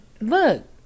Look